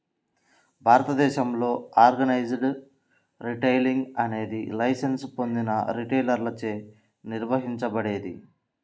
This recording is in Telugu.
భారతదేశంలో ఆర్గనైజ్డ్ రిటైలింగ్ అనేది లైసెన్స్ పొందిన రిటైలర్లచే నిర్వహించబడేది